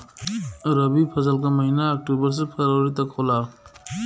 रवी फसल क महिना अक्टूबर से फरवरी तक होला